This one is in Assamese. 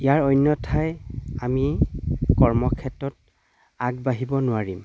ইয়াৰ অন্যথা আমি কৰ্মক্ষেত্ৰত আগবাঢ়িব নোৱাৰিম